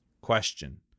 Question